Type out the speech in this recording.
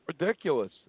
Ridiculous